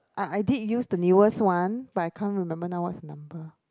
I I did the newest one but I can't remember now what's the number